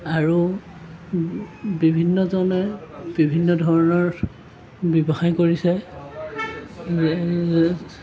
আৰু বিভিন্নজনে বিভিন্ন ধৰণৰ ব্যৱসায় কৰিছে যেনে